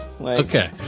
Okay